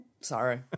Sorry